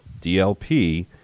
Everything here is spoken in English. DLP